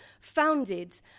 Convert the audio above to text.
founded